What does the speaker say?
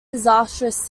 disastrous